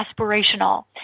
aspirational